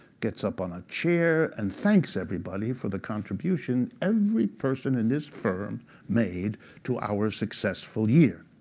gets up on a chair and thanks everybody for the contribution every person in this firm made to our successful year.